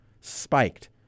spiked